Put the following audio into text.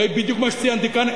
הרי בדיוק מה שציינתי כאן,